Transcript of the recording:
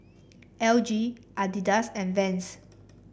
L G Adidas and Vans